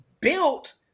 built